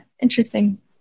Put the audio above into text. Interesting